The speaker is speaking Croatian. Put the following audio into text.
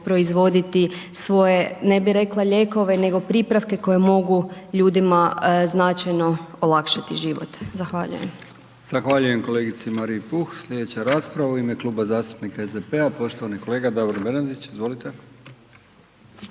proizvoditi svoje, ne bi rekla lijekove, nego pripravke koji mogu ljudima značajno olakšati život. Zahvaljujem. **Brkić, Milijan (HDZ)** Zahvaljujem kolegici Mariji Puh. Slijedeća rasprava u ime Kluba zastupnika SDP-a poštovani kolega Davor Bernardić, izvolite.